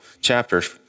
chapters